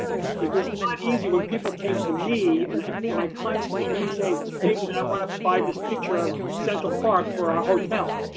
it was a lot easier when people came to me and my clients come to me saying, hey, i wanna buy this picture of central park for our hotel.